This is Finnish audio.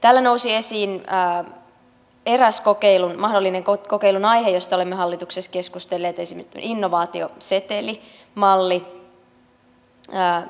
täällä nousi esiin eräs mahdollinen kokeilun aihe josta olemme hallituksessa keskustelleet eli innovaatiosetelimalli